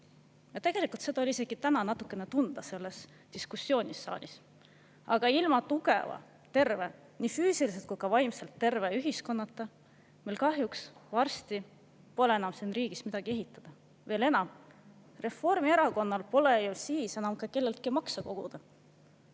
Tegelikult seda oli isegi täna saalis natukene tunda selles diskussioonis. Aga ilma tugeva, terve, nii füüsiliselt kui ka vaimselt terve ühiskonnata meil kahjuks varsti pole enam siin riigis midagi ehitada. Veel enam, Reformierakonnal pole ju siis enam ka kelleltki makse koguda.